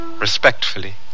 Respectfully